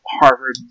Harvard